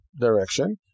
direction